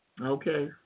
Okay